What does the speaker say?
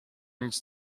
nic